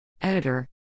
Editor